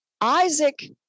Isaac